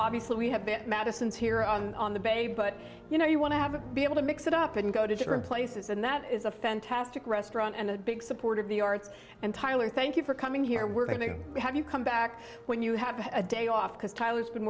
obviously we have been madison's here on the bay but you know you want to have a be able to mix it up and go to different places and that is a fantastic restaurant and a big supporter of the arts and tyler thank you for coming here we're going to have you come back when you have a day off because tyler has been